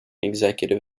executive